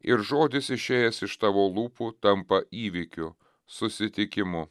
ir žodis išėjęs iš tavo lūpų tampa įvykiu susitikimu